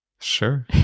Sure